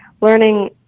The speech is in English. learning